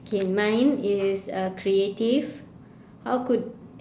okay mine is uh creative how could